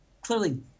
clearly